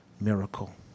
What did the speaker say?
miracle